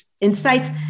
insights